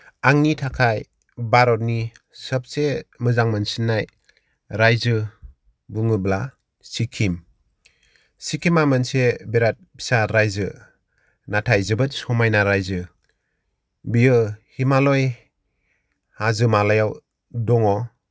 आंनि थाखाय भारतनि सोबसे मोजां मोनसिननाय रायजो बुङोब्ला सिक्किम सिक्किमा मोनसे बिराद फिसा रायजो नाथाय जोबोद समायना राइजो बियो हिमालय हाजोमालायाव दङ